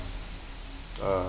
uh